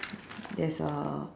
there's a